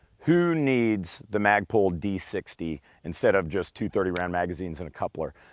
who needs the magpul d sixty instead of just two thirty round magazines and a coupler?